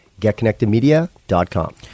getconnectedmedia.com